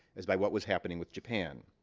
as by what was happening with japan.